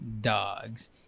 dogs